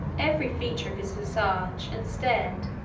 every feature of his visage, and stared,